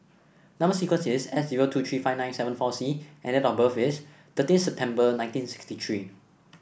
number sequence is S zero two three five nine seven four C and date of birth is thirteen September nineteen sixty three